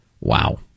Wow